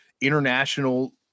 international